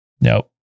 Nope